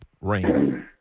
rain